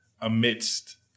amidst